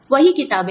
तो वही किताबें